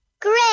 Great